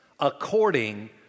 According